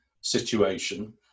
situation